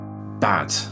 bad